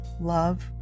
love